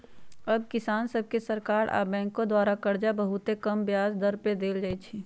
अब किसान सभके सरकार आऽ बैंकों द्वारा करजा बहुते कम ब्याज पर दे देल जाइ छइ